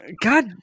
God